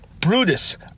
Brutus